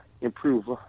improve